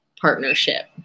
partnership